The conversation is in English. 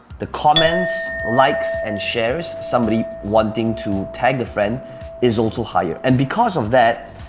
the comments, likes and shares, somebody wanting to tag a friend is also higher. and because of that,